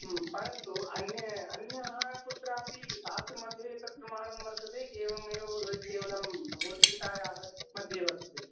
परन्तु अन्यत्र अन्यत्र कुत्रापि शास्त्रस्य मध्ये एतत् प्रमाणं वर्तते एवमेव भवति केवलं भगवद्गीतायाः मध्ये वर्तते